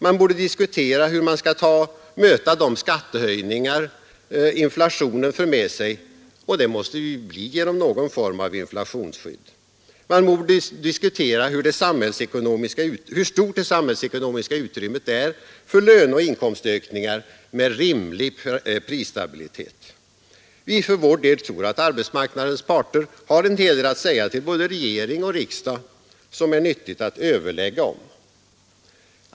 Man borde diskutera hur man skall möta de skattehöjningar inflationen för med sig, och det måste bli någon form av inflationsskydd. Man borde diskutera hur stort det samhällsekonomiska utrymmet är för löneoch inkomstökningar med rimlig prisstabilitet. Vi för vår del tror att arbetsmarknadens parter har en hel del att säga till både regering och riksdag som är nyttigt att överlägga om.